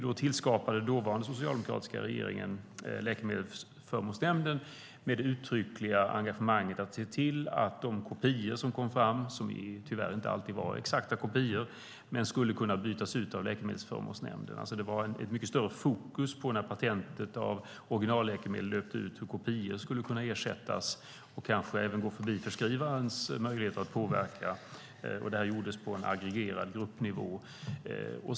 Då tillskapade den dåvarande socialdemokratiska regeringen Läkemedelsförmånsnämnden med det uttryckliga syftet att Läkemedelsförmånsnämnden skulle se till att de kopior som kom fram - som tyvärr inte alltid var exakta kopior - skulle kunna ersätta originalläkemedel. Det var mycket större fokus på när patentet på origanalläkemedel löpte ut och kopior skulle kunna ersätta dem. Man skulle kanske även gå förbi förskrivarens möjligheter att påverka. Detta gjordes på en aggregerad gruppnivå.